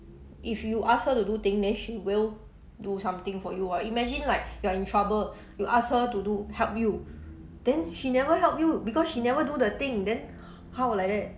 if you ask her to do thing then she will do something for you ah imagine like you're in trouble you ask her to to help you then she never help you because she never do the thing then how like that